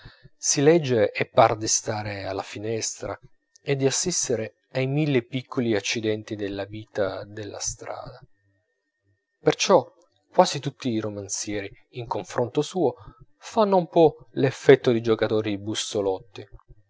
si legge e par di stare alla finestra e di assistere ai mille piccoli accidenti della vita della strada perciò quasi tutti i romanzieri in confronto suo fanno un po l'effetto di giocatori di bussolotti